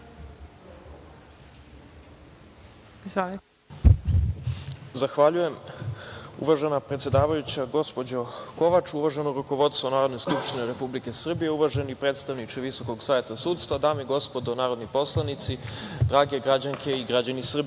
Zahvaljujem, uvažena predsedavajuća gospođo Kovač. Uvaženo rukovodstvo Narodne skupštine Republike Srbije, uvaženi predstavniče Visokog saveta sudstva, dame i gospodo narodni poslanici, drage građanke i građani Srbije,